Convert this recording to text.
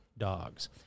dogs